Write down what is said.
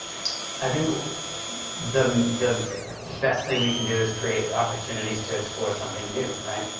i think the the best thing we can do is create opportunities to explore something new, right,